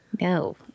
No